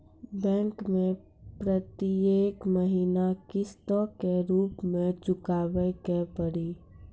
Bank मैं प्रेतियेक महीना किस्तो के रूप मे चुकाबै के पड़ी?